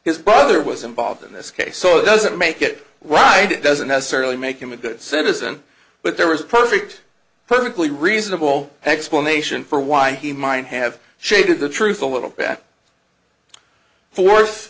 his brother was involved in this case so those that make it right it doesn't necessarily make him a good citizen but there is a perfect perfectly reasonable explanation for why he might have shaded the truth a little bit fourth